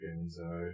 inside